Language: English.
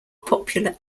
popular